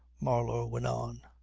marlow went on.